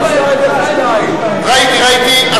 340202. ראיתי, ראיתי.